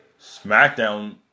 SmackDown